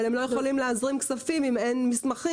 אבל הם לא יכולים להזרים כספים, אם אין מסמכים.